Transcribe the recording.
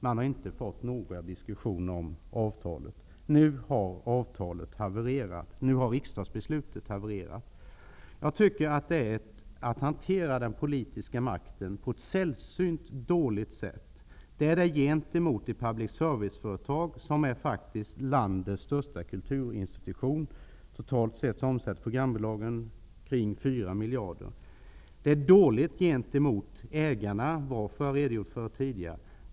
Man har inte fört någon diskussion om avtalet. Nu har avtalet havererat, och nu har riksdagsbeslutet havererat. Jag tycker att det är att hantera den politiska makten på ett sällsynt dåligt sätt. Det är dåligt gentemot ett public service-företag som faktiskt är landets största kulturinstitution. Totalt omsätter programbolagen omkring 4 miljarder. Det är dåligt gentemot ägarna. Varför har jag redogjort för tidigare.